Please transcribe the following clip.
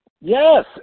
Yes